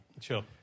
Sure